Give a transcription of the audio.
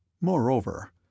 Moreover